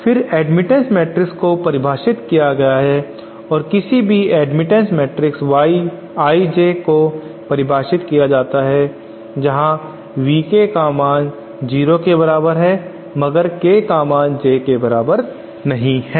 फिर admittance matrix को परिभाषित किया गया है और किसी भी admittance parameter Y I J को परिभाषित किया जाता है जहां V K का मान 0 के बराबर है मगर K का मान J के बराबर नहीं है